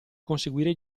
conseguire